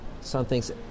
something's